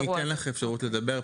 אני אתן לך אפשרות לדבר.